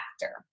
factor